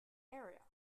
area